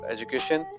Education